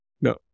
no